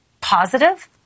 positive